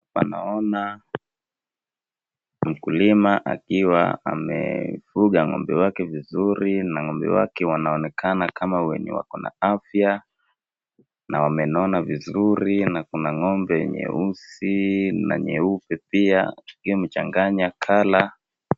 Naona mkulima akiwa amefuga ng`ombe wake vizuri na ng`ombe wake wanaonekana kama wenye wako na afya , na wamenona vizuri na kuna ng`ombe nyeusi na nyeupe pia wakiwa wamechanganya [cs ] color .